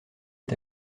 est